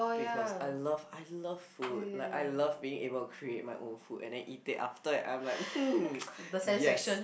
because I love I love food like I love being able to create my own food and then eat it after it I'm like hmm yes